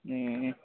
ए